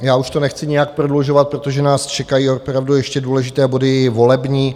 Já už to nechci nijak prodlužovat, protože nás čekají opravdu ještě důležité volební body.